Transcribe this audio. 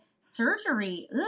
surgery